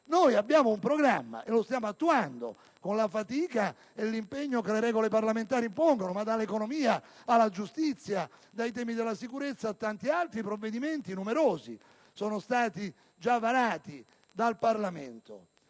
Noi abbiamo un programma e lo stiamo attuando con la fatica e l'impegno che le regole parlamentari impongono, dall'economia alla giustizia, dai temi della sicurezza a tanti altri provvedimenti numerosi che sono stati già varati dal Parlamento.